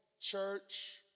church